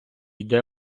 йде